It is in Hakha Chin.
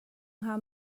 hnga